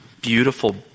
Beautiful